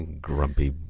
Grumpy